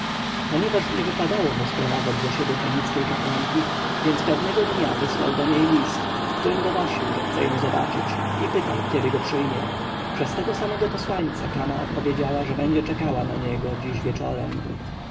ponieważ nie wypadało mu sprowadzać do siebie fenickiej kapłanki więc pewnego dnia wysłał do niej list w którym donosił że chce ją zobaczyć i pytał kiedy go przyjmie przez tego samego posłańca kama odpowiedziała że będzie czekać na niego dziś wieczorem